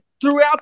throughout